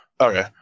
Okay